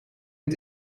het